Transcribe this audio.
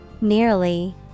Nearly